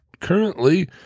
currently